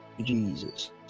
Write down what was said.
Jesus